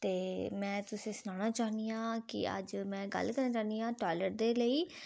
ते में तुसें ईं सनाना चाह्न्नी आं की अज्ज में गल्ल करना चाह्न्नी आं टाॅयलेट दे लेई